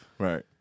Right